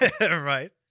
Right